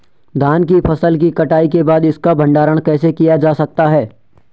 धान की फसल की कटाई के बाद इसका भंडारण कैसे किया जा सकता है?